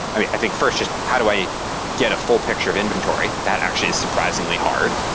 i think, first, just how do i get a full picture of inventory. that actually is surprisingly hard.